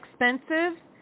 expensive